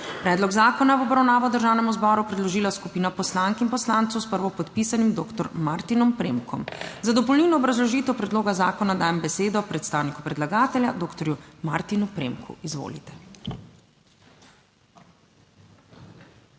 Predlog zakona je v obravnavo Državnemu zboru predložila skupina poslank in poslancev s prvopodpisanim doktor Martinom Premkom za dopolnilno obrazložitev predloga zakona. Dajem besedo predstavniku predlagatelja, doktorju Martinu Premku. Izvolite.